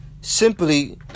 simply